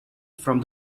from